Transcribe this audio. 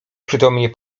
przytomnie